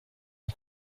nko